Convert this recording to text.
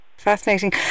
fascinating